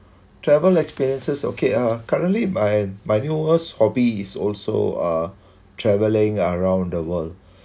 travel experiences okay uh currently my my newest hobby is also uh travelling around the world